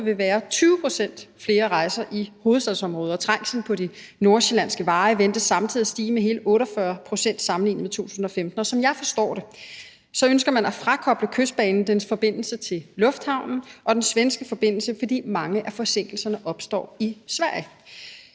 vil være 20 pct. flere rejser i hovedstadsområdet, og trængslen på de nordsjællandske veje ventes samtidig at stige med hele 48 pct. sammenlignet med 2015, og som jeg forstår det, ønsker man at frakoble Kystbanen dens forbindelser til lufthavnen og den svenske forbindelse, fordi mange af forsinkelserne opstår i Sverige.